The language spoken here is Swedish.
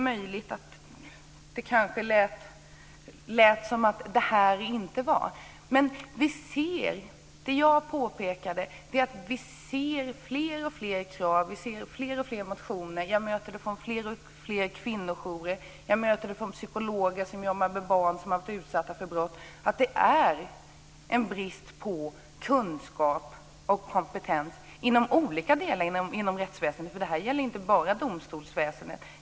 Vad jag påpekade är att vi ser av alltfler motioner, alltfler kvinnojourer och alltfler psykologer som jobbar med barn som varit utsatta för brott att det är en brist på kunskap och kompetens inom olika delar av rättsväsendet. Det här gäller inte bara domstolsväsendet.